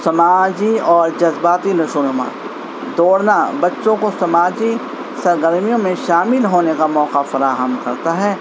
سماجی اور جذباتی نشو و نما دوڑنا بچوں کو سماجی سرگرمیوں میں شامل ہونے کا موقع فراہم کرتا ہے